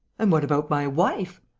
and what about my wife?